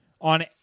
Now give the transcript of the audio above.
on